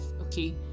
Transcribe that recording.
Okay